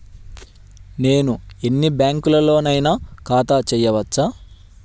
నేను ఎన్ని బ్యాంకులలోనైనా ఖాతా చేయవచ్చా?